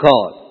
God